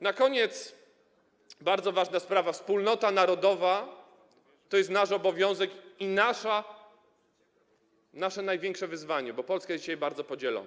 Na koniec bardzo ważna sprawa - wspólnota narodowa to jest nasz obowiązek i nasze największe wyzwanie, bo Polska jest dzisiaj bardzo podzielona.